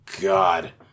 God